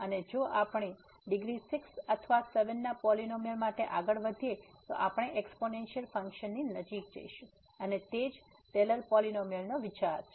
અને જો આપણે ડિગ્રી 6 અથવા 7 ના પોલીનોમીઅલ માટે આગળ વધીએ તો આપણે એક્સ્પોનેનસીઅલ ફંક્શનની નજીક જઈશું અને તેજ ટેલર પોલીનોમીઅલ નો વિચાર છે